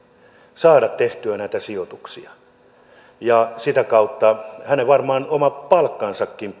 saada tehtyä näitä sijoituksia sitä kautta varmaan hänen oma palkkansakin